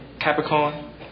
Capricorn